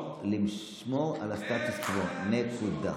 לשמור על הסטטוס קוו, נקודה.